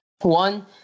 One